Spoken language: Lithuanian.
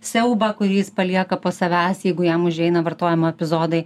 siaubą kurį jis palieka po savęs jeigu jam užeina vartojimo epizodai